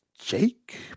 Jake